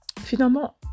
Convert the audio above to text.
Finalement